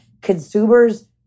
consumers